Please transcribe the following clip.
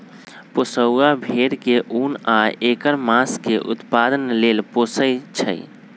पोशौआ भेड़ा के उन आ ऐकर मास के उत्पादन लेल पोशइ छइ